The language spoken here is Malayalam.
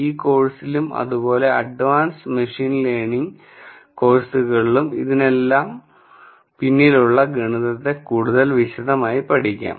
ഈ കോഴ്സിലും അതുപോലെ അഡ്വാൻസ് മെഷീൻ ലേണിംഗ് കോഴ്സുകളിലും ഇതിനെല്ലാം പിന്നിലുള്ള ഗണിതത്തെ കൂടുതൽ വിശദമായി പഠിക്കാം